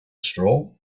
stroll